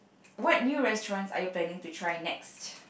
what new restaurants are you planning to try next